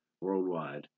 worldwide